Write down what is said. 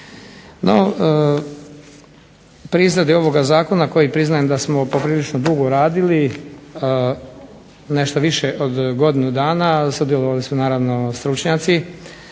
No pri izradi ovoga zakona koji priznajem da smo poprilično dugo radili nešto više od godinu dana, sudjelovali su naravno stručnjaci,